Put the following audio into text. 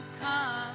come